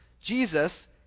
Jesus